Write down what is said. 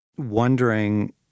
wondering